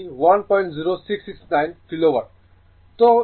সুতরাং এটি আমার উত্তর